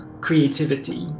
creativity